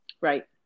right